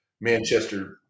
Manchester